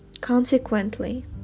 Consequently